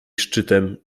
szczytem